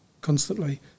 constantly